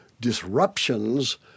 disruptions